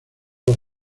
los